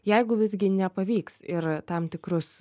jeigu visgi nepavyks ir tam tikrus